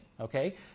okay